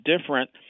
different